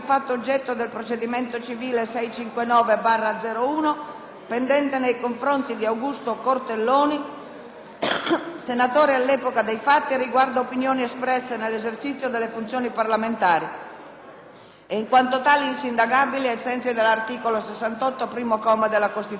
senatore all'epoca dei fatti, riguarda opinioni espresse nell'esercizio delle funzioni parlamentari e in quanto tali insindacabili ai sensi dell'articolo 68, primo comma, della Costituzione. *(Doc. IV-quater, n. 18/XIV Leg.)*. Il ricorso è stato dichiarato ammissibile dalla Corte costituzionale con ordinanza 13 gennaio 2005,